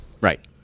Right